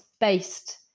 based